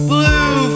Blue